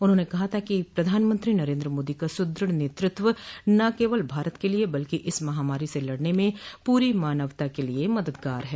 उन्होंने कहा था कि प्रधानमंत्री नरेंद्र मोदी का सदृढ़ नेतृत्व न केवल भारत के लिए बल्कि इस महामारी से लड़ने में पूरी मानवता के लिए मददगार है